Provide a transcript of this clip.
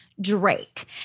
Drake